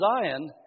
Zion